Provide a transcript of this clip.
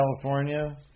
California